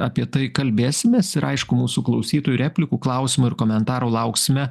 apie tai kalbėsimės ir aišku mūsų klausytojų replikų klausimų ir komentarų lauksime